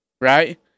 Right